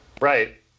Right